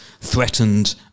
threatened